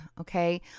okay